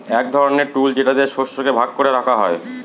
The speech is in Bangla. এক ধরনের টুল যেটা দিয়ে শস্যকে ভাগ করে রাখা হয়